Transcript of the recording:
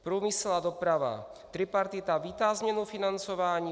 Průmysl a doprava: Tripartita vítá změnu financování.